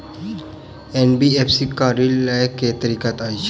NBFC सँ ऋण लय केँ की तरीका अछि?